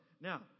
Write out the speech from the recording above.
Now